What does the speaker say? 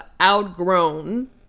outgrown